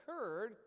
occurred